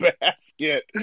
basket